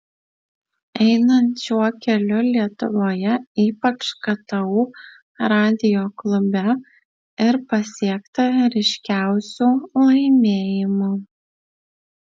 einant šiuo keliu lietuvoje ypač ktu radijo klube ir pasiekta ryškiausių laimėjimų